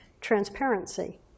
transparency